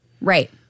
Right